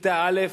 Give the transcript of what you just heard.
מכיתה א'